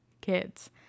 kids